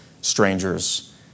strangers